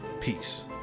peace